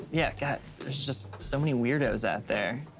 yeah, god, there's just so many weirdos out there.